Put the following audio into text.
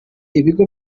ibigo